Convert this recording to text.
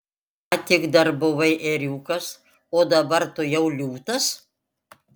ką tik dar buvai ėriukas o dabar tu jau liūtas